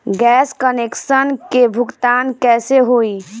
Gas connection के भुगतान कैसे होइ?